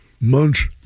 Munch